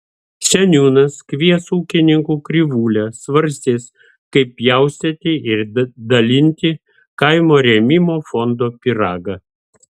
seniūnas kvies ūkininkų krivūlę svarstys kaip pjaustyti ir dalinti kaimo rėmimo fondo pyragą